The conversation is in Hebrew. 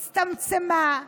הצטמצמה,